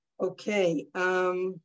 Okay